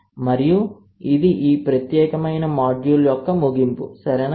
మరియు ఇది ఈ ప్రత్యేకమైన మాడ్యూల్ యొక్క ముగింపు సరేనా